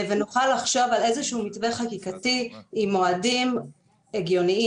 ונוכל לחשוב על איזשהו מתווה חקיקתי עם מועדים הגיוניים.